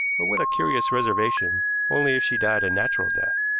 but with a curious reservation only if she died a natural death.